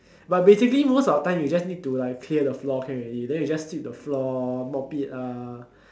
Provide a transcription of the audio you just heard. but basically most of the time you just need to like clear the floor can already then you just sweep the floor mop it lah